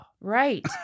Right